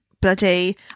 bloody